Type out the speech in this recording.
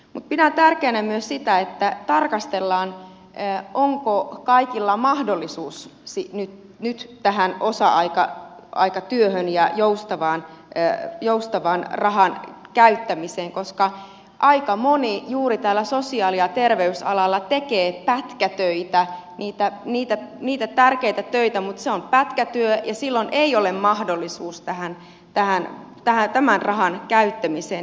mutta pidän tärkeänä myös sitä että tarkastellaan onko kaikilla mahdollisuus nyt tähän osa aikatyöhön ja joustavan rahan käyttämiseen koska aika moni juuri tällä sosiaali ja terveysalalla tekee pätkätöitä niitä tärkeitä töitä mutta se on pätkätyö ja silloin ei ole mahdollisuutta tämän rahan käyttämiseen